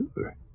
sure